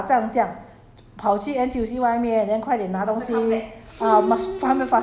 那那半个小时一个小时 uh 而且好像打仗这样